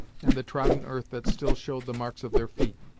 and the trodden earth that still showed the marks of their feet.